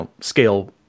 scale